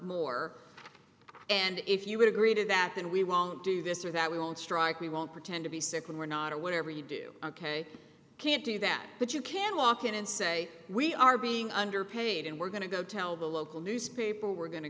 more and if you would agree to that then we won't do this or that we won't strike we won't pretend to be sick when we're not or whatever you do ok can't do that but you can walk in and say we are being underpaid and we're going to go tell the local newspaper we're go